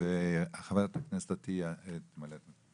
חברת הכנסת עטייה, תמלא את מקומי.